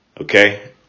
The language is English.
Okay